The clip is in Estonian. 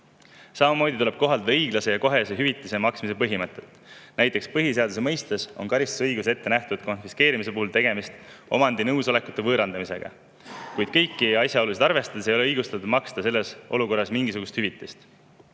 Samamoodi tuleb kohaldada õiglase ja kohese hüvitise maksmise põhimõtet. Näiteks, põhiseaduse mõistes on karistusõiguses ette nähtud konfiskeerimise puhul tegemist omandi nõusolekuta võõrandamisega, kuid kõiki asjaolusid arvestades ei ole õigustatud maksta selles olukorras mingisugust hüvitist.